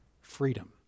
freedom